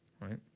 right